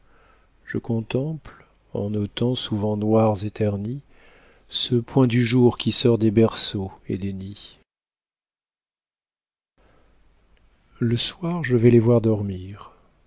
je contemple en nos temps souvent noirs et ternis ce point du jour qui sort des berceaux et des nids le soir je vais les voir dormir